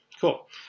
cool